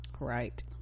right